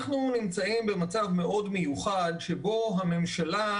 אנחנו נמצאים במצב מאוד מיוחד שבו לא רק הממשלה